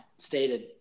Stated